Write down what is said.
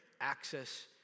access